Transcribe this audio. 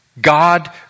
God